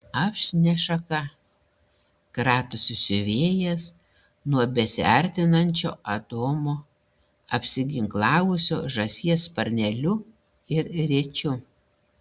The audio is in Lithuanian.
aš ne šaka kratosi siuvėjas nuo besiartinančio adomo apsiginklavusio žąsies sparneliu ir rėčiu